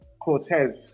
Cortez